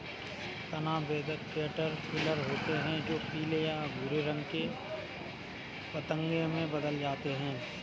तना बेधक कैटरपिलर होते हैं जो पीले या भूरे रंग के पतंगे में बदल जाते हैं